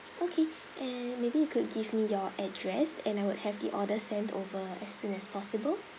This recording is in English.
okay and maybe you could give me your address and I would have the order sent over as soon as possible